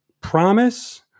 promise